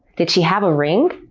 did she have a ring?